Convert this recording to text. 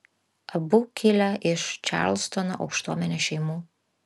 abu kilę iš čarlstono aukštuomenės šeimų